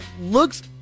looks